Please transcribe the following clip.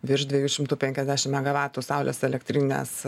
virš dviejų šimtų penkiasdešim megavatų saulės elektrinės